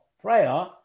prayer